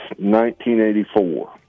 1984